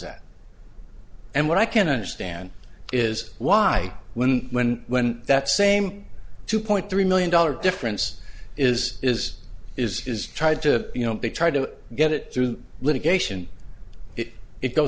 that and what i can't understand is why when when when that same two point three million dollars difference is is is is tried to you know they try to get it through litigation it go